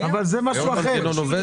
אבל זה משהו אחר.